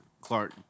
Clark